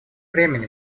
времени